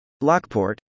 Lockport